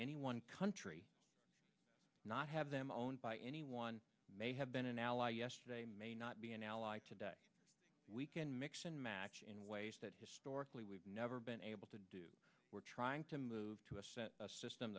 any one country not have them owned by anyone may have been an ally yesterday may not be an ally today we can mix and match in ways that historically we've never been able to do we're trying to move to a s